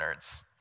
nerds